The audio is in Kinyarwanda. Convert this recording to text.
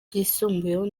byisumbuyeho